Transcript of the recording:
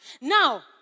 Now